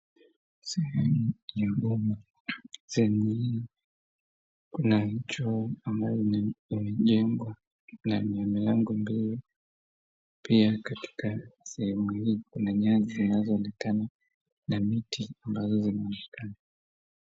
Sehemu ya boma. Sehemu hii kuna choo ambayo imejengwa na mabati ya rangi mbili. Pia katika sehemu hii kuna nyasi zilizoonekana na miti ambazo zinaonekana.